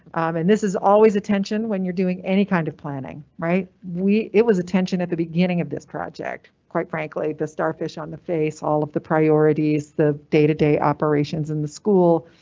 and this is always attention. when you're doing any kind of planning, right? we it was attention at the beginning of this project. quite frankly, the starfish on the face all of the priorities, the day-to-day operations in the school,